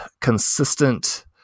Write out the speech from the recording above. consistent